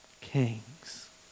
Kings